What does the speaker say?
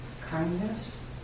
kindness